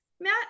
matt